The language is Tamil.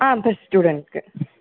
ஆ ப்ளஸ் ஸ்டூடண்ட்ஸ்க்கு